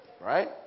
Right